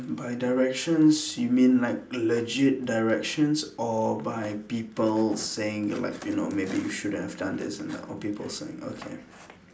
by directions you mean like legit directions or by people saying like you know maybe you should have done this and that or people saying okay